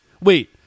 wait